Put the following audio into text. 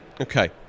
Okay